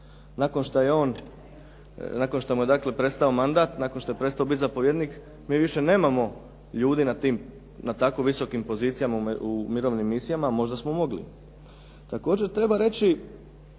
Kašmiru nakon što mu je dakle prestao mandat, nakon što je prestao biti zapovjednik mi više nemamo ljudi na tako visokim pozicijama u mirovnim misijama a možda smo mogli. Također treba reći